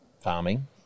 farming